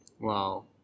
wow